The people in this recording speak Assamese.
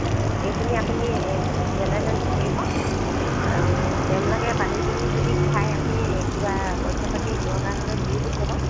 এইখিনি আপুনি যেনেতেনে কৰিব আৰু তেওঁলোকে পানী দুনী যদি খাই আপুনি কিবা পইছা পাতি দৰকাৰ হ'লে দিও পঠিয়াব